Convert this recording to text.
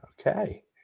Okay